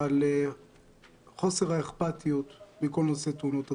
על חוסר האכפתיות מכל נושא תאונות הדרכים.